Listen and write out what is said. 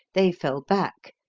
they fell back,